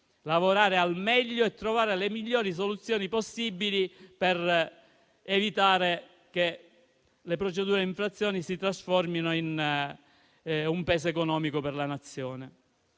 lavorare al meglio e trovare le migliori soluzioni possibili per evitare che le procedure di infrazione si trasformino in un peso economico per la Nazione.